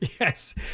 Yes